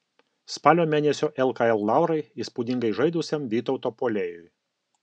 spalio mėnesio lkl laurai įspūdingai žaidusiam vytauto puolėjui